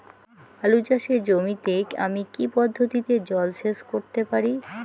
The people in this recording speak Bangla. আলু চাষে জমিতে আমি কী পদ্ধতিতে জলসেচ করতে পারি?